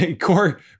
Core